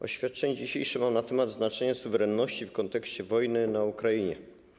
Oświadczenie dzisiejsze jest na temat znaczenia suwerenności w kontekście wojny na Ukrainie.